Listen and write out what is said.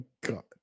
god